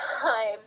time